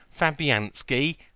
Fabianski